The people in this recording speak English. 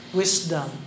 wisdom